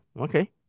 Okay